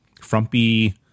frumpy